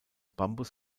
bambus